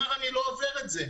והם אמרו: אנחנו לא עוברים את זה.